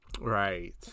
Right